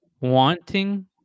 wanting